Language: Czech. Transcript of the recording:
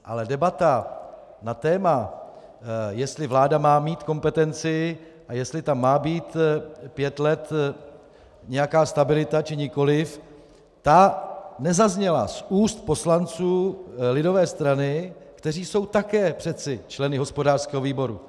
Ale debata na téma, jestli vláda má mít kompetenci a jestli tam má být pět let nějaká stabilita, či nikoliv, ta nezazněla z úst poslanců lidové strany, kteří jsou také přeci členy hospodářského výboru.